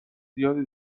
زیادی